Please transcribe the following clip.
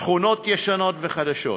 שכונות ישנות וחדשות.